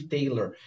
Taylor